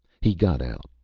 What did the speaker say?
he got out,